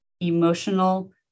emotional